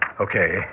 Okay